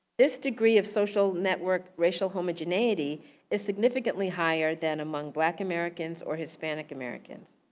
this degree of social network racial homogeneity is significantly higher than among black americans or hispanic americans.